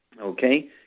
Okay